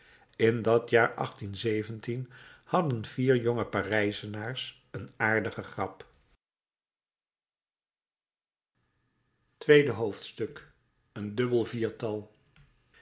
in dat jaar hadden vier jonge parijzenaars een aardige grap tweede hoofdstuk een dubbel viertal